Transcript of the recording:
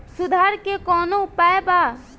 सुधार के कौनोउपाय वा?